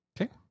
okay